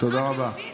רק "יהודית",